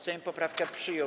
Sejm poprawkę przyjął.